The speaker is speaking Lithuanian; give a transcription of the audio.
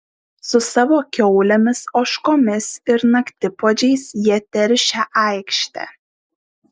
su savo kiaulėmis ožkomis ir naktipuodžiais jie teršia aikštę